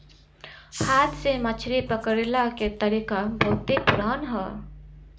हाथ से मछरी पकड़ला के तरीका बहुते पुरान ह